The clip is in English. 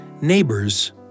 neighbors